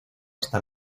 hasta